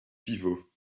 pivot